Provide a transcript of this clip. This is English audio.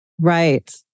right